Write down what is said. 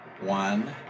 One